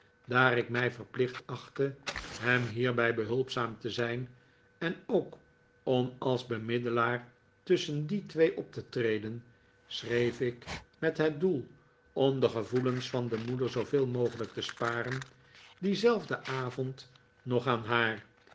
daar ik mij verplicht achtte hem hierbij behulpzaam te zijn en ook om als bemiddelaar tusschen die twee op te treden schfeef ik met het doel om de gevoelens van de moeder zooveel mogelijk te sparen dienzelfden avond nog aan haar